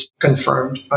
confirmed